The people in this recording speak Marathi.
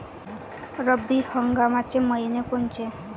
रब्बी हंगामाचे मइने कोनचे?